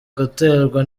guterwa